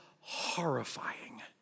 horrifying